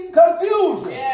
confusion